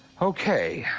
ok,